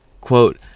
Quote